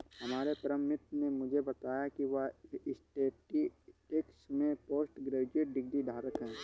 हमारे परम मित्र ने मुझे बताया की वह स्टेटिस्टिक्स में पोस्ट ग्रेजुएशन डिग्री धारक है